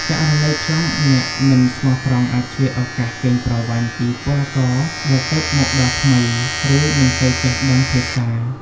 ករណីខ្លះ អ្នកមិនស្មោះត្រង់អាចឆ្លៀតឱកាសកេងប្រវ័ញ្ចពីពលករដែលទើបមកដល់ថ្មី ឬមិនសូវចេះដឹងភាសា ។